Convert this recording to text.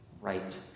right